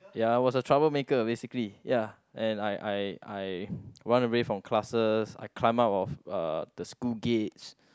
ya I was a troublemaker basically ya and I I I run away from classes I climb out of uh the school gates